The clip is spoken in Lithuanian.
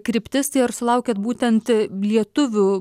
kryptis tai ar sulaukiat būtent lietuvių